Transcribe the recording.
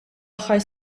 aħħar